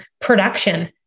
production